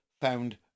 found